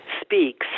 speaks